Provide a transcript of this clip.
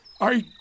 I